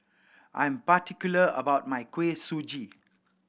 I'm particular about my Kuih Suji